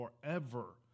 forever